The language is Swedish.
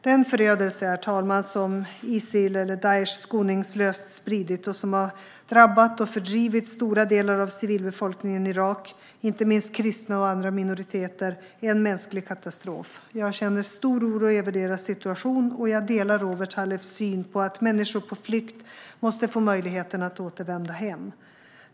Den förödelse som Isil, eller Daish, skoningslöst spridit och som har drabbat och fördrivit stora delar av civilbefolkningen i Irak - inte minst kristna och andra minoriteter - är en mänsklig katastrof. Jag känner stor oro över deras situation, och jag delar Robert Halefs syn att människor på flykt måste få möjligheten att återvända hem.